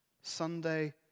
Sunday